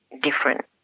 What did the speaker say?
different